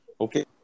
Okay